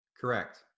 Correct